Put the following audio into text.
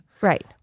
Right